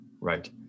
Right